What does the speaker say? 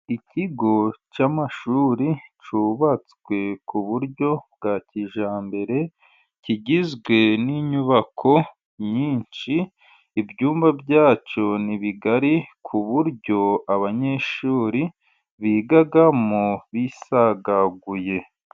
Ikigo cy'amashuri cyubatswe ku buryo bwa kijyambere, kigizwe n'inyubako nyinshi. Ibyumba byacyo ni bigari ku buryo abanyeshuri bigamo bisagaguye.